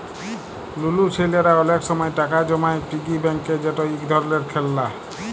লুলু ছেইলারা অলেক সময় টাকা জমায় পিগি ব্যাংকে যেট ইক ধরলের খেললা